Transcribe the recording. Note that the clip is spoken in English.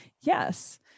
yes